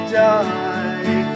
die